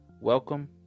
welcome